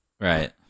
Right